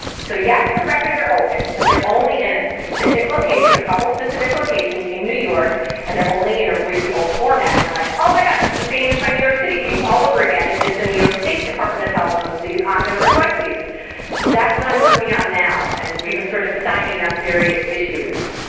so yes the records are open, but they're only in a specific location, a couple specific locations in new york and they're only in a really old format. i'm and like oh my god, this is the same as my new york city case, all over again, it's just the new york state department of health owns these, i'm gonna request these that's what i'm working on now and we've been sort of stymied on various issues.